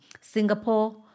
Singapore